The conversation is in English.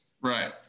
Right